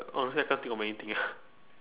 honestly I can't think of anything eh